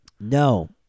No